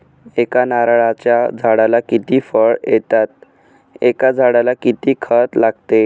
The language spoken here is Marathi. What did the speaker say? एका नारळाच्या झाडाला किती फळ येतात? एका झाडाला किती खत लागते?